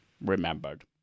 remembered